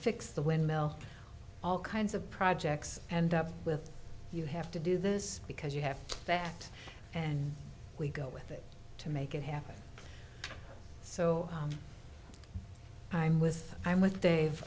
fix the windmill all kinds of projects and up with you have to do this because you have that and we go with it to make it happen so i'm with i'm with dave